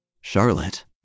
Charlotte